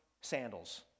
sandals